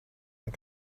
and